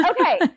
Okay